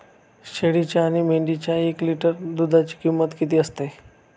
शेळीच्या आणि मेंढीच्या एक लिटर दूधाची किंमत किती असते?